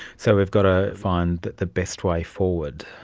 so we've got to find the the best way forward.